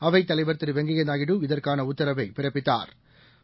அவைத்தலைவா் திரு வெங்கையா நாயுடு இதற்கான உத்தரவை பிறப்பித்தாா்